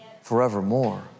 forevermore